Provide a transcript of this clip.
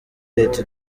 leta